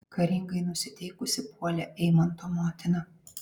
karingai nusiteikusi puolė eimanto motina